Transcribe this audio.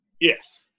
Yes